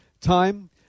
time